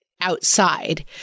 outside